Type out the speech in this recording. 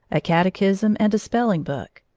a catechism, and a spelling-book.